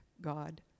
God